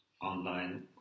online